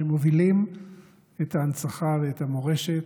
שמובילים את ההנצחה ואת המורשת,